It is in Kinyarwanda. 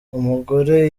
umugore